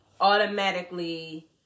automatically